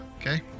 Okay